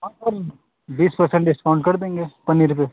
हाँ सर बीस percent discount कर देंगे पनीर पर